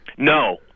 No